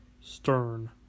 stern